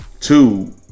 Two